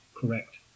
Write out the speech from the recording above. correct